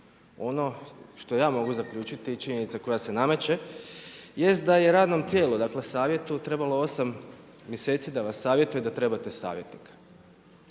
ono što ja mogu zaključiti i činjenica koja se nameće jest da je radnom tijelu, dakle savjetu trebalo osam mjeseci da vas savjetuje da trebate savjetnika.